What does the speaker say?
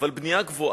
אבל, בנייה גבוהה